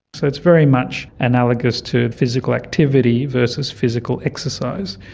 so it's very much analogous to physical activity versus physical exercise.